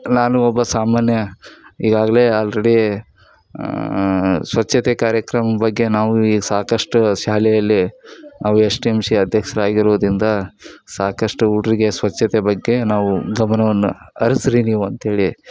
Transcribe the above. ನಾನು ಒಬ್ಬ ಸಾಮಾನ್ಯ ಇವಾಗಲೆ ಆಲ್ರೆಡಿ ಸ್ವಚ್ಛತೆ ಕಾರ್ಯಕ್ರಮ ಬಗ್ಗೆ ನಾವು ಈ ಸಾಕಷ್ಟು ಶಾಲೆಯಲ್ಲಿ ನಾವು ಎಸ್ ಡಿ ಎಮ್ ಶಿ ಅಧ್ಯಕ್ಷರಾಗಿರೋದ್ರಿಂದ ಸಾಕಷ್ಟು ಹುಡ್ರಿಗೆ ಸ್ವಚ್ಛತೆ ಬಗ್ಗೆ ನಾವು ಗಮನವನ್ನು ಹರ್ಸ್ರೀ ನೀವು ಅಂತೇಳಿ